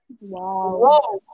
Wow